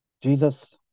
Jesus